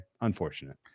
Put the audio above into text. unfortunate